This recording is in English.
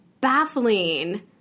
baffling